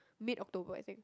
mid October I think